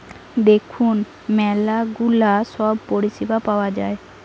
দেখুন ম্যালা গুলা সব পরিষেবা পাওয়া যায়